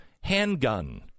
handgun